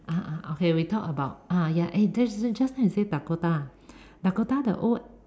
ah ah ah okay we talk about ah ya interesting you say Dakota Dakota the old